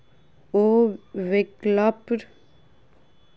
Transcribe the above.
ओ वैकल्पिक निवेशक लेल बांड पूंजी के रखैत छथि